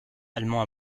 allemand